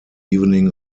evening